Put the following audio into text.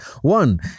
one